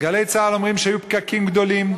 "גלי צה"ל" אומרים שהיו פקקים גדולים,